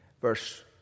verse